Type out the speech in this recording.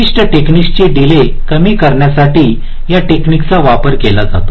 विशिष्ट टेकनिकसची डीले कमी करण्यासाठी या टेकनिकसचा वापर केला जातो